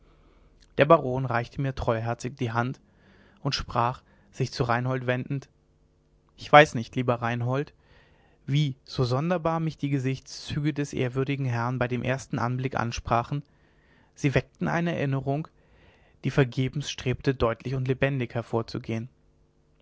der baron reichte mir treuherzig die hand und sprach sich zu reinhold wendend ich weiß nicht lieber rein hold wie so sonderbar mich die gesichtszüge des ehrwürdigen herrn bei dem ersten anblick ansprachen sie weckten eine erinnerung die vergebens strebte deutlich und lebendig hervorzugehen